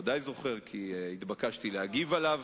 אני בוודאי זוכר, כי התבקשתי להגיב עליו.